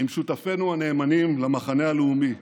עם שותפינו הנאמנים למחנה הלאומי,